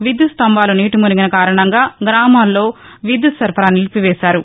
విద్యుత్ స్తంబాలు నీట ముగిన కారణంగా గ్రామాల్లో విద్యుత్ సరఫరాను నిలిపివేశారు